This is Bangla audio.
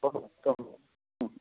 ধন্যবাদ ধন্যবাদ হুম